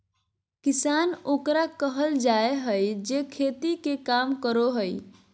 किसान ओकरा कहल जाय हइ जे खेती के काम करो हइ